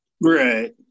Right